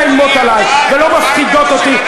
שלא מאיימות עלי ולא מפחידות אותי,